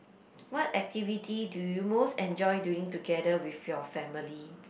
what activity do you most enjoy doing together with your family